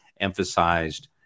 emphasized